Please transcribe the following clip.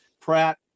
Pratt